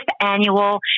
annual